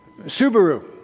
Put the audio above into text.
Subaru